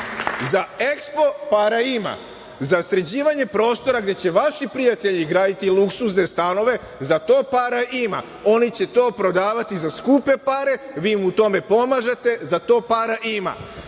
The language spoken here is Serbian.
za EKSPO para ima, za sređivanje gde će vaši prijatelji graditi luksuzne stanove, za to para ima. Oni će to prodavati za skupe pare, vi im u tome pomažete, za to para ima.